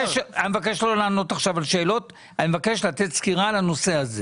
משרד הבריאות החליט שהסיגריות האלקטרוניות מזיקות לבריאות?